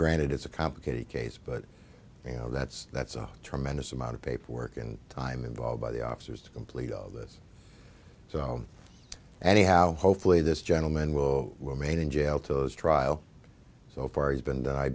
granted it's a complicated case but you know that's that's a tremendous amount of paperwork and time involved by the officers to complete all of this so anyhow hopefully this gentleman will remain in jail to those trial so far has been